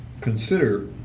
consider